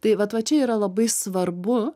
tai vat va čia yra labai svarbu